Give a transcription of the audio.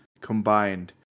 combined